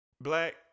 Black